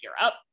Europe